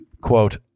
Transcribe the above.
quote